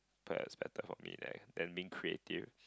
kind of expected from me than than being creative